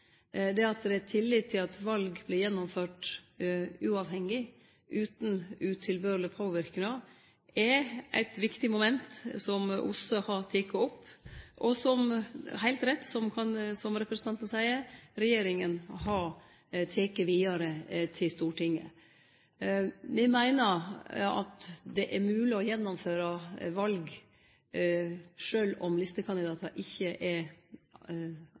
demokratiet. At det er tillit til at val vert gjennomførte uavhengig, utan utilbørleg påverknad, er eit viktig moment som OSSE har teke opp, og som – som representanten ganske riktig seier – regjeringa har teke vidare til Stortinget. Me meiner det er mogleg å gjennomføre val sjølv om listekandidatane ikkje er